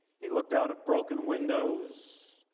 he looked out of broken windows,